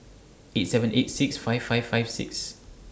eight seven eight six five five five six